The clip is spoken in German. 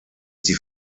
die